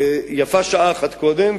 ויפה שעה אחת קודם,